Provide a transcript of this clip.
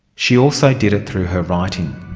she also did it through her writing.